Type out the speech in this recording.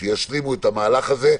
שישלימו את המהלך הזה.